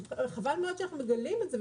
חבל מאוד שאנחנו מגלים את זה,